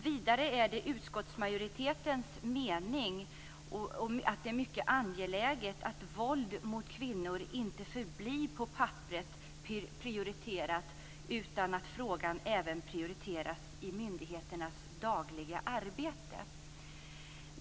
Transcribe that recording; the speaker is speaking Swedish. Vidare menar utskottsmajoriteten att det är mycket angeläget att insatser mot våld mot kvinnor inte blir prioriterade bara på papperet utan även prioriteras i myndigheternas dagliga arbete.